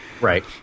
Right